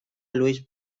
louis